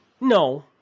no